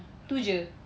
tu jer